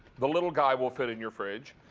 the little guy will fit in your fridge.